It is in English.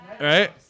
right